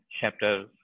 chapter